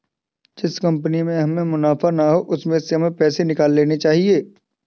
जिस कंपनी में हमें मुनाफा ना हो उसमें से हमें पैसे निकाल लेने चाहिए